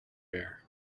bear